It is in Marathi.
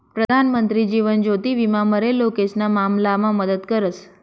प्रधानमंत्री जीवन ज्योति विमा मरेल लोकेशना मामलामा मदत करस